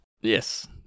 Yes